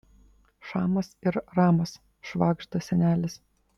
šamas ir ramas švagžda senelis